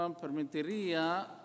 permitiría